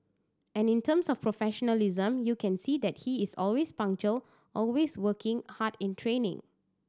and in terms of professionalism you can see that he is always punctual always working hard in training